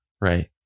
right